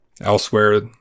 Elsewhere